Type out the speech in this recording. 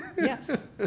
yes